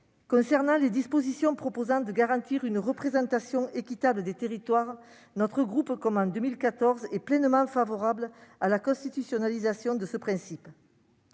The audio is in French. Concernant les dispositions visant à garantir une représentation équitable des territoires, notre groupe, comme en 2014, est pleinement favorable à la constitutionnalisation de ce principe.